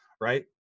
Right